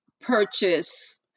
purchase